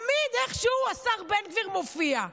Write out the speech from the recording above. תמיד איכשהו השר בן גביר מופיע.